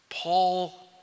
Paul